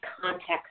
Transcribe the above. context